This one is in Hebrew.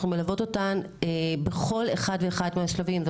אנחנו מלוות אותן בכל אחד ואחד מהשלבים,